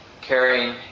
carrying